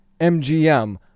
MGM